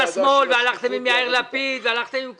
השמאל והלכתם עם יאיר לפיד והלכתם עם כולם.